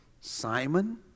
Simon